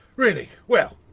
really? well!